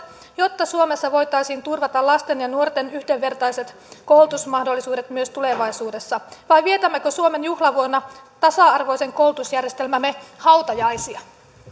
jotta suomessa voitaisiin turvata lasten ja nuorten yhdenvertaiset koulutusmahdollisuudet myös tulevaisuudessa vai vietämmekö suomen juhlavuonna tasa arvoisen koulutusjärjestelmämme hautajaisia